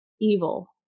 Evil